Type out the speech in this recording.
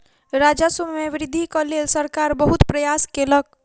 राजस्व मे वृद्धिक लेल सरकार बहुत प्रयास केलक